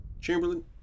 Chamberlain